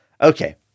Okay